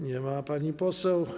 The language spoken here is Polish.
Nie ma pani poseł.